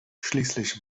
schließlich